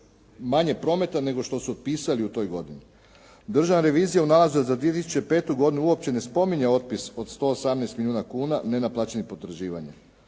manje prometa nego što su otpisali u toj godini. Državna revizija u nalazu za 2005. godinu uopće ne spominje otpis od 118 milijuna kuna nenaplaćenih potraživanja.